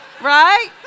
Right